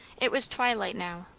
it was twilight now,